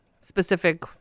specific